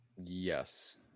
Yes